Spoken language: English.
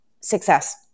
success